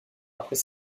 après